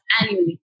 annually